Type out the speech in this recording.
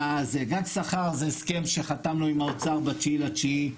גג שכר זה הסכם שחתמנו עם האוצר ב-9.9.